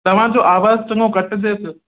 तव्हांजो आवाजु चङो कटिजे पियो